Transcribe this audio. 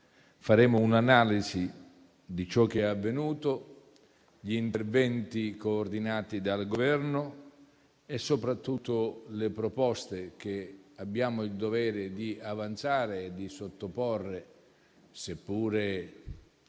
Faremo un'analisi di ciò che è avvenuto, degli interventi coordinati dal Governo e, soprattutto, delle proposte che abbiamo il dovere di avanzare e di sottoporre, seppure